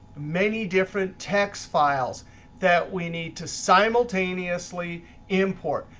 many different text files that we need to simultaneously import.